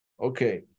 Okay